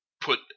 put